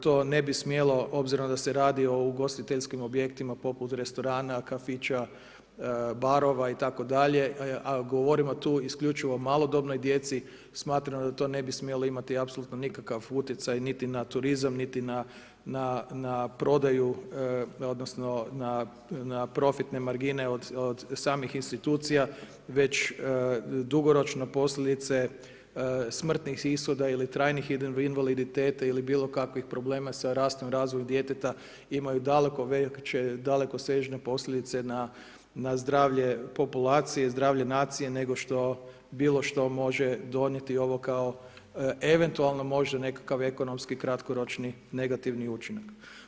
To ne bi smjelo obzirom da se radi o ugostiteljskim objektima poput restorana, kafića, barova itd. a govorimo tu isključivo o malodobnoj djeci, smatram da to ne bi smjelo imati apsolutno nikakav utjecaj niti na turizam, niti na prodaju, odnosno na profitne margine od samih institucija, već dugoročno posljedice smrtnih ishoda ili trajnih invaliditeta ili bilo kakvih problema sa rastom i razvojem djeteta imaju daleko veće dalekosežne posljedice na zdravlje populacije i zdravlje nacije nego što bilo što može donijeti ovo kao eventualno može nekakav ekonomski kratkoročni negativni učinak.